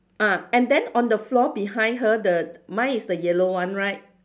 ah and then on the floor behind her the mine is the yellow one right